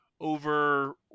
over